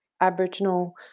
Aboriginal